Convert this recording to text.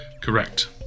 Correct